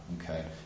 Okay